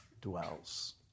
dwells